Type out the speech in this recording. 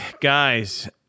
guys